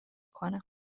کنم